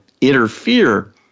interfere